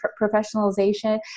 professionalization